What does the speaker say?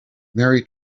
mary